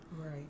Right